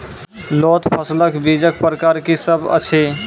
लोत फसलक बीजक प्रकार की सब अछि?